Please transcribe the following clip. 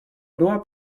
była